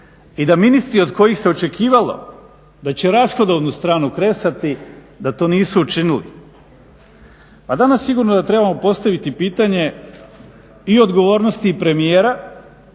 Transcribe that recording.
i da ministri od kojih se očekivalo da će rashodovnu stranu kresati da to nisu učinili. A danas sigurno da trebamo postaviti pitanje i odgovornosti premijera,